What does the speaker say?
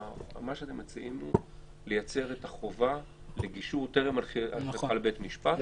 אתם מציעים לייצר את החובה לגישור טרם הליכה לבית משפט,